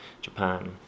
Japan